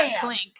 clink